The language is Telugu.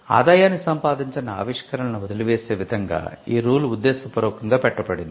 ఆదాయాన్ని సంపాదించని ఆవిష్కరణలను వదిలివేసే విధంగా ఈ రూల్ ఉద్దేశపూర్వకంగా పెట్టబడింది